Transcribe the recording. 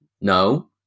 no